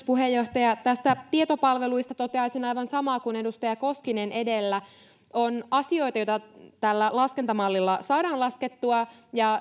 puheenjohtaja tästä tietopalvelusta toteaisin aivan samaa kuin edustaja koskinen edellä on asioita joita tällä laskentamallilla saadaan laskettua